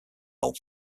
old